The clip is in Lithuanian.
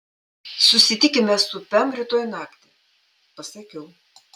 susitikime su pem rytoj naktį pasakiau